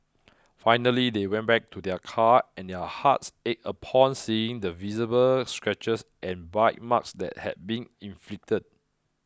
finally they went back to their car and their hearts ached upon seeing the visible scratches and bite marks that had been inflicted